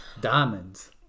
Diamonds